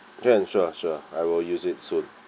can sure sure I will use it soon